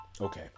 Okay